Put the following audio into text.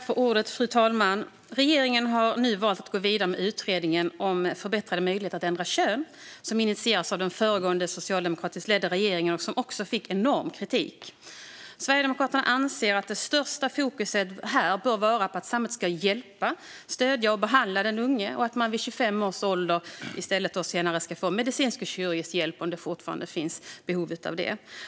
Fru talman! Regeringen har nu valt att gå vidare med utredningen om förbättrade möjligheter att ändra kön, som initierades av den föregående socialdemokratiskt ledda regeringen och som fick enorm kritik. Sverigedemokraterna anser att fokus främst bör vara på att samhället ska hjälpa, stödja och behandla den unge och att man vid 25 års ålder ska få medicinsk och kirurgisk hjälp om det fortfarande finns behov av det.